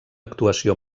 actuació